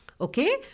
Okay